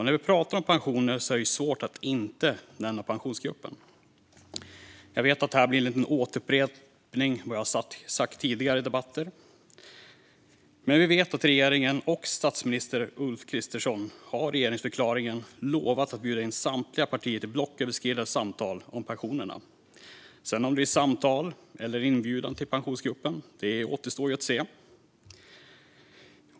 När vi pratar om pensioner är det svårt att inte nämna Pensionsgruppen - jag vet att detta blir en upprepning av vad jag sagt i tidigare debatter. Vi vet att regeringen och statsminister Ulf Kristersson i regeringsförklaringen lovade att bjuda in samtliga partier till blocköverskridande samtal om pensionerna. Om det sedan blir samtal eller en inbjudan till Pensionsgruppen återstår att se.